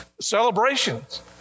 Celebrations